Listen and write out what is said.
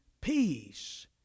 peace